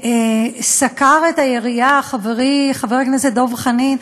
סקר את היריעה חברי חבר הכנסת דב חנין,